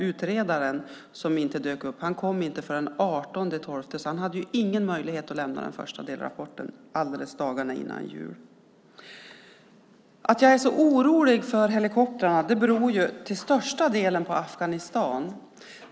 Utredaren kom inte förrän den 18 december, så han hade ingen möjlighet att lämna den första delrapporten dagarna före jul. Att jag är så orolig för helikoptrarna beror till största delen på Afghanistan.